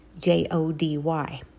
J-O-D-Y